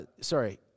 sorry